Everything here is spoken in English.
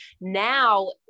Now